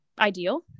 ideal